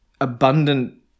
abundant